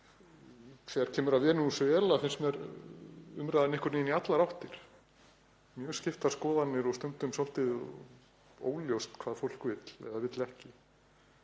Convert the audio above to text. þegar kemur að Venesúela finnst mér umræðan einhvern veginn í allar áttir, mjög skiptar skoðanir og stundum svolítið óljóst hvað fólk vill eða vill ekki.